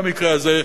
במקרה הזה,